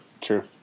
True